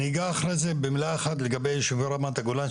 אני אגע אחרי זה במילה אחת לגבי יישובי רמת הגולן,